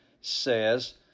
says